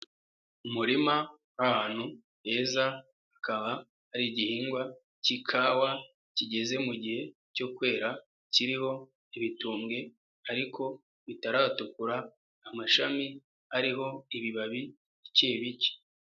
Umurima w' ahantu heza hakaba hari igihingwa k'ikawa kigeze mu gihe cyo kwera, kiriho ibitumbwe ariko bitaratukura, amashami ariho ibibabi bike bike.